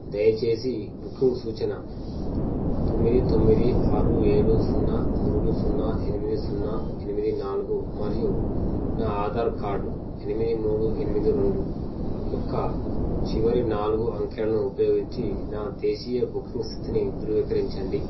దయచేసి బుకింగ్ సూచన తొమ్మిది తొమ్మిది ఆరు ఏరు సున్నా మూడు సున్నా ఎనిమిది సున్నా ఎనిమిది నాలుగు మరియు నా ఆధార్ కార్డ్ ఎనిమిది మూడు ఎనిమిది రెండు యొక్క చివరి నాలుగు అంకెలను ఉపయోగించి నా దేశీయ బుకింగ్ స్థితిని ధృవీకరించండి